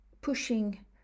pushing